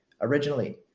originally